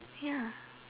ya